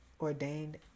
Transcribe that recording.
ordained